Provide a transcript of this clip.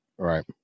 Right